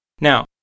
Now